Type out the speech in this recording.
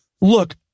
Look